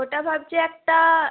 ওটা ভাবছি একটা